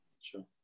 Sure